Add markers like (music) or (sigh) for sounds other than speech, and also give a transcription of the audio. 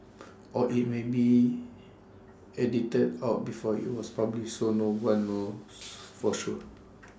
or IT may been edited out before IT was published so no one knows (noise) for sure